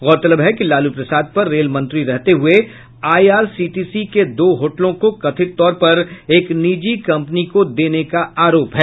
गौरतलब है कि लालू प्रसाद पर रेल मंत्री रहते हुये आईआरसीटीसी के दो होटलों को कथित तौर पर एक निजी कम्पनी को देने का आरोप है